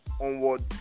onward